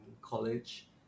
college